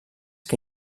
que